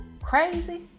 crazy